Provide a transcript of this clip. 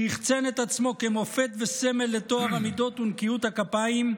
שיחצן את עצמו כמופת וסמל לטוהר המידות ונקיות הכפיים,